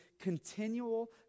continual